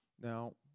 Now